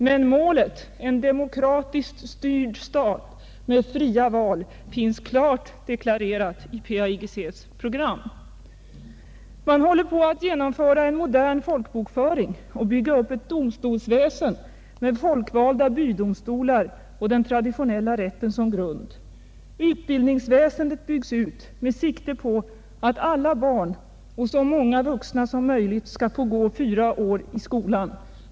Men målet, en demokratiskt styrd stat med fria val, finns klart deklarerad i PAIGC:s program. Man häller på att genomföra en modern folkbokföring och bygga upp ett domstolsväsen med folkvalda bydomstolar och med den traditionella rätten som grund. Utbildningsväsendel byggs ut med sikte på att alla barn och så många vuxna som möjligt skall gå fyra år i skolan.